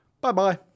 Bye-bye